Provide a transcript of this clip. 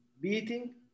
beating